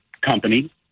company